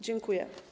Dziękuję.